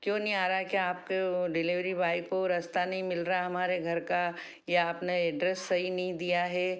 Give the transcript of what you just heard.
क्यों नहीं आ रहा है क्या आपके वो डिलेवरी बॉय को रास्ता नहीं मिल रहा हमारे घर का या अपने एड्रेस सही नहीं दिया है